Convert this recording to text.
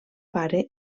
pare